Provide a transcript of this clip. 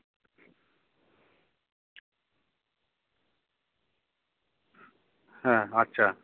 ᱦᱮᱸ ᱟᱪᱪᱷᱟ